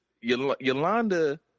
Yolanda